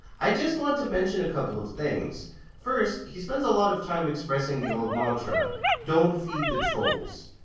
i just want to mention a couple of things first, he spends a lot of time expressing the old mantra don't feed the trolls.